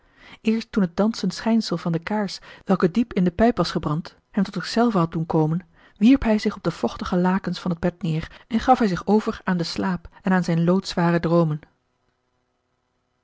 eerst toen het dansend schijnsel van de kaars welke diep in de pijp was gebrand hem tot zich zelven had doen komen wierp hij zich op de vochtige lakens van het bed neer en gaf hij zich over aan den slaap en aan zijn loodzware droomen